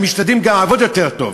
הם משתדלים גם לעבוד יותר טוב,